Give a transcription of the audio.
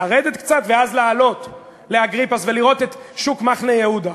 לרדת קצת ואז לעלות לאגריפס ולראות את שוק מחנה-יהודה.